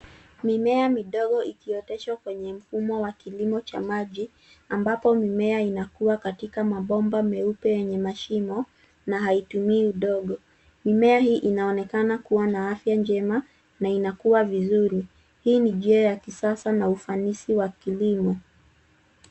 Mimea midogo ikioteshwa kwenye mfumo wa kilimo cha maji ambapo mimea inakua katika mabomba meupe yenye mashimo na haitumii udongo. Mimea hii inaonekana kuwa na afya njema na inakua vizuri. Hii ni njia ya kisasa na ufanisi wa kilimo.